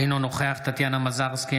אינו נוכח טטיאנה מזרסקי,